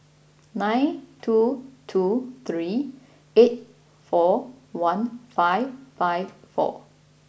nine two two three eight four one five five four